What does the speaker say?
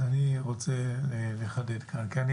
אז אני רוצה לחדד כאן.